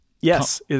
Yes